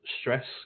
stress